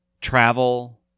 travel